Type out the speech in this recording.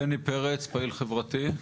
בני פרץ, פעיל חברתי.